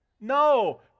No